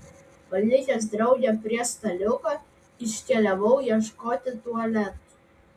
palikęs draugę prie staliuko iškeliavau ieškoti tualetų